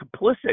complicit